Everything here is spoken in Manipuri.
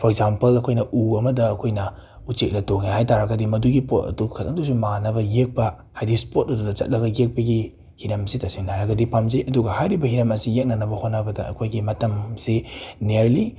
ꯐꯣꯔ ꯑꯦꯛꯖꯥꯝꯄꯜ ꯑꯩꯈꯣꯏꯅ ꯎ ꯑꯃꯗ ꯑꯩꯈꯣꯏꯅ ꯎꯆꯦꯛꯅ ꯇꯣꯡꯉꯦ ꯍꯥꯏꯇꯥꯔꯒꯗꯤ ꯃꯗꯨꯒꯤ ꯄꯣꯠ ꯑꯗꯨ ꯈꯇꯪꯗꯁꯨ ꯃꯥꯟꯅꯕ ꯌꯦꯛꯄ ꯍꯥꯏꯗꯤ ꯁ꯭ꯄꯣꯠ ꯑꯗꯨꯗ ꯆꯠꯂꯒ ꯌꯦꯛꯄꯒꯤ ꯍꯤꯔꯝꯁꯤꯗ ꯇꯁꯦꯡꯅ ꯍꯥꯏꯔꯒꯗꯤ ꯄꯥꯝꯖꯩ ꯑꯗꯨꯒ ꯍꯥꯏꯔꯤꯕ ꯍꯤꯔꯝ ꯑꯁꯤ ꯌꯦꯛꯅꯅꯕ ꯍꯣꯠꯅꯕꯗ ꯑꯩꯈꯣꯏꯒꯤ ꯃꯇꯝꯁꯤ ꯅꯤꯌꯔꯂꯤ